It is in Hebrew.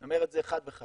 אני אומר את זה חד וחלק,